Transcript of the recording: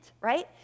right